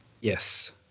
Yes